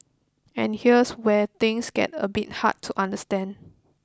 and here's where things get a bit hard to understand